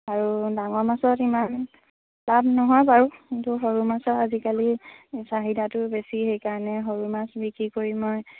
আৰু ডাঙৰ মাছত ইমান লাভ নহয় বাৰু কিন্তু সৰু মাছৰ আজিকালি চাহিদাটো বেছি সেইকাৰণে সৰু মাছ বিক্ৰী কৰি মই